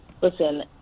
listen